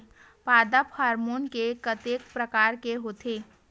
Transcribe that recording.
पादप हामोन के कतेक प्रकार के होथे?